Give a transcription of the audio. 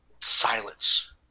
Silence